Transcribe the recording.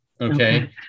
Okay